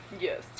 Yes